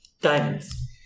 Diamonds